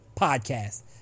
podcast